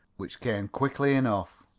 which came quickly enough.